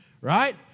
right